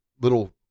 little